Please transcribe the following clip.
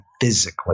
physically